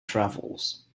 travels